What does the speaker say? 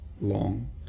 long